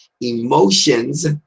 Emotions